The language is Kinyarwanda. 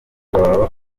baba